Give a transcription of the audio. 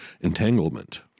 entanglement